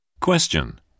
Question